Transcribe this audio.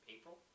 April